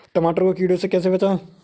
टमाटर को कीड़ों से कैसे बचाएँ?